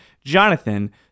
Jonathan